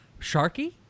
Sharky